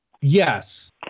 Yes